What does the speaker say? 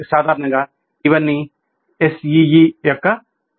సాధారణంగా ఇవి SEE యొక్క భాగాలు